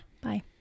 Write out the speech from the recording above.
Bye